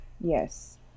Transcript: Yes